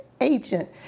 agent